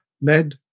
led